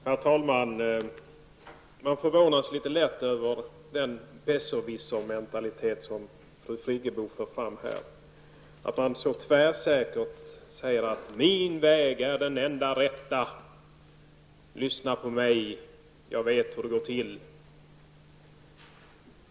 Herr talman! Man förvånas litet lätt över den besserwissermentalitet som fru Friggebo ger uttryck för här, att hon så tvärsäkert säger: ''Min väg är den enda rätta, lyssna på mig! Jag vet hur det går till.''